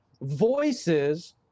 voices